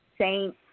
Saint